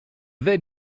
vais